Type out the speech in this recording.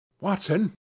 Watson